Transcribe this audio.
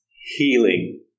healing